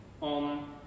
on